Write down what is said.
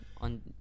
on